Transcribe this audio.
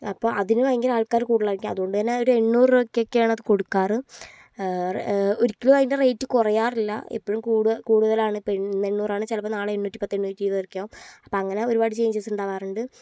അപ്പോൾ അതിന് ഭയങ്കര ആൾക്കാർ കൂടുതലായിരിക്കും അതുകൊണ്ട് തന്നെ ഒരെണ്ണൂറ് രൂപയ്ക്കൊക്കെയാണത് കൊടുക്കാറ് ഒരിക്കലും അതിൻ്റെ റേറ്റ് കുറയാറില്ല എപ്പോഴും കൂടുക കൂടുതലാണ് ഇപ്പോൾ ഇന്ന് എണ്ണൂറാണ് ചിലപ്പോ നാളെ എണ്ണൂറ്റിപ്പത്ത് എണ്ണൂറ്റി ഇരുപതൊക്കെയാവും അപ്പോ അങ്ങനെ ഒരുപാട് ചെയ്ഞ്ച്സിണ്ടാവാറുണ്ട്